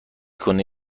کنه